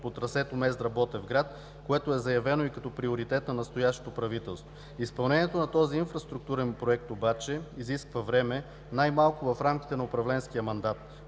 по трасето Мездра – Ботевград, което е заявено и като приоритет на настоящото правителство. Изпълнението на този инфраструктурен проект обаче изисква време, най-малко в рамките на управленския мандат.